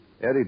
Eddie